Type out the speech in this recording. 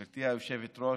גברתי היושבת-ראש,